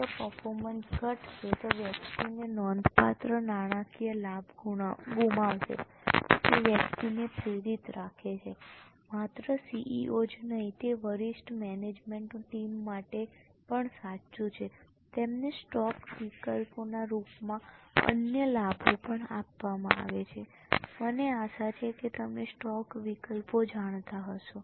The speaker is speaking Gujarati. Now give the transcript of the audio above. જો પર્ફોર્મન્સ ઘટશે તો વ્યક્તિ નોંધપાત્ર નાણાકીય લાભ ગુમાવશે જે વ્યક્તિને પ્રેરિત રાખે છે માત્ર CEO જ નહીં તે વરિષ્ઠ મેનેજમેન્ટ ટીમ માટે પણ સાચું છે તેમને સ્ટોક વિકલ્પોના રૂપમાં અન્ય લાભો પણ આપવામાં આવે છે મને આશા છે કે તમે સ્ટોક વિકલ્પો જાણતા હશો